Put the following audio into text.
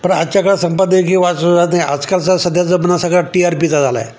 पण आजच्या काळ संपादकीय वाच सु ना आजकालचा सध्या जर म्हणा सगळा टी आर पीचा झाला आहे